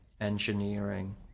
engineering